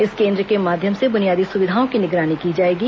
इस केंद्र के माध्यम से बुनियादी सुविधाओं की निगरानी की जाएगी